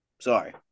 Sorry